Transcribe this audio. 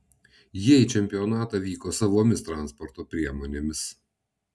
jie į čempionatą vyko savomis transporto priemonėmis